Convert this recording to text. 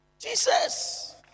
Jesus